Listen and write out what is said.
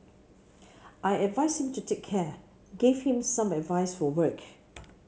I advised him to take care gave him some advice for work